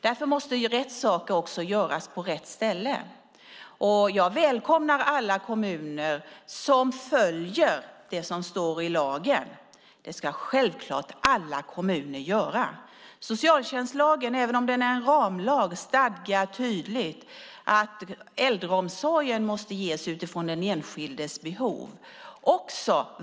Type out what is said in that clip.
Därför måste också rätt saker göras på rätt ställe. Jag välkomnar alla kommuner som följer det som står i lagen. Det ska självklart alla kommuner göra. Socialtjänstlagen, även om den är en ramlag, stadgar tydligt att äldreomsorgen måste ges utifrån den enskildes behov.